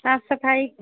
साफ सफाइ